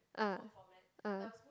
ah ah